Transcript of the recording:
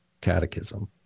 catechism